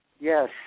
Yes